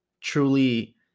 truly